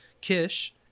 Kish